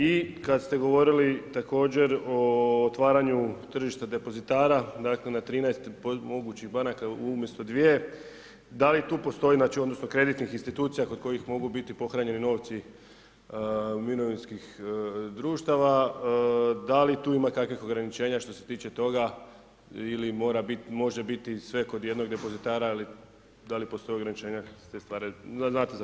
I kada ste govorili također o otvaranju tržišta depozitara, dakle na 13 mogućih banaka umjesto dvije, da li tu postoji znači, odnosno kreditnih institucija kod kojih mogu biti pohranjeni novci mirovinskih društava, da li tu ima kakvih ograničenja što se tiče toga ili može biti sve kod jednog depozitara ili da li postoje ograničenja s te strane, znate zašto pitam?